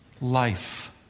life